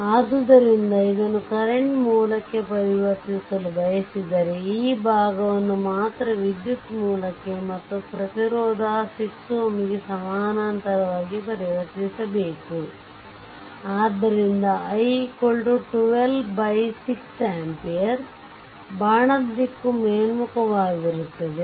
ಆದ್ದರಿಂದ ಅದನ್ನು ಕರೆಂಟ್ ಮೂಲಕ್ಕೆ ಪರಿವರ್ತಿಸಲು ಬಯಸಿದರೆ ಈ ಭಾಗವನ್ನು ಮಾತ್ರ ವಿದ್ಯುತ್ ಮೂಲಕ್ಕೆ ಮತ್ತು ಪ್ರತಿರೋಧ 6 Ω ಗೆ ಸಮಾನಾಂತರವಾಗಿ ಪರಿವರ್ತಿಸಬೇಕು ಆದ್ದರಿಂದ i 12 62amps ಬಾಣದ ದಿಕ್ಕು ಮೇಲ್ಮುಖವಾಗಿರುತ್ತದೆ